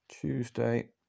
Tuesday